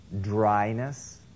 dryness